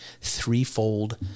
threefold